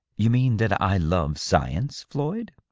you mean that i love science, floyd?